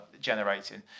generating